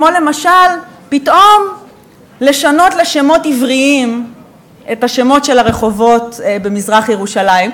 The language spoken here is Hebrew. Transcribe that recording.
כמו למשל פתאום לשנות לשמות עבריים את השמות של הרחובות במזרח-ירושלים.